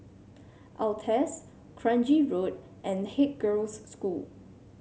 Altez Kranji Road and Haig Girls' School